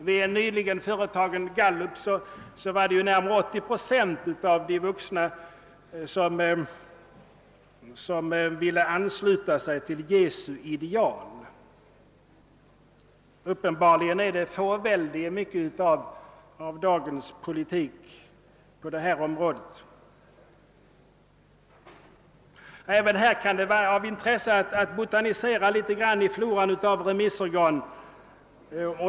Vid en nyligen företagen gallup var det närmare 80 procent av de vuxna som ville ansluta sig till Jesu ideal. Uppenbarligen är det fåvälde i mycket av dagens politik på detta område. Även här kan det vara av intresse att botanisera litet grand i floran av remissorgan.